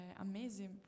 amazing